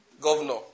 governor